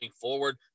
forward